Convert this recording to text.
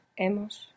hemos